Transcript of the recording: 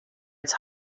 its